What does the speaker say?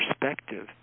perspective